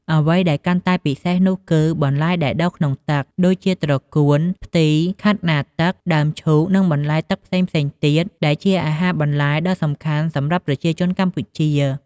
អ្វីដែលកាន់តែពិសេសនោះគឺ បន្លែដែលដុះក្នុងទឹក ដូចជាត្រកួន ផ្ទី ខាត់ណាទឹក ដើមឈូក និងបន្លែទឹកផ្សេងៗទៀត ដែលជាអាហារបន្លែដ៏សំខាន់សម្រាប់ប្រជាជនខ្មែរ។